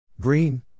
Green